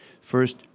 First